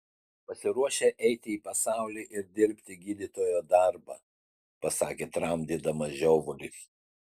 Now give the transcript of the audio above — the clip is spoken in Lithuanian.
pasiruošę eiti į pasaulį ir dirbti gydytojo darbą pasakė tramdydamas žiovulį